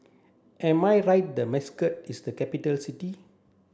am I right that Muscat is a capital city